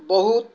ବହୁତ